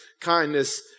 kindness